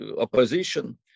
opposition